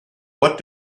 what